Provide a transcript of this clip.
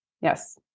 yes